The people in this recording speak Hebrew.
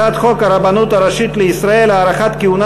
הצעת חוק הרבנות הראשית לישראל (הארכת כהונה